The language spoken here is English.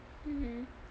mmhmm